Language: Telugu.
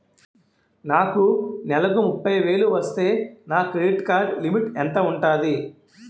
నాకు నెలకు ముప్పై వేలు వస్తే నా క్రెడిట్ కార్డ్ లిమిట్ ఎంత ఉంటాది?